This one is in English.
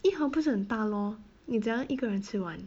一盒不是很大 lor 你怎样一个人吃完